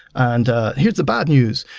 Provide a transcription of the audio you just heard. and ah here's the bad news,